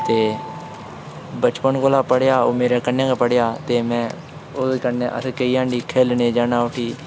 ते बचपन कोला पढ़ेआ ओह् मेरे कन्नै गै पढ़ेआ ते में ओह्दे कन्नै असें केईं हांडी खेढने जाना उठी